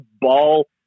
ball